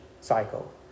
cycle